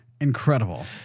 incredible